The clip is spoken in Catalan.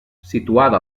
situada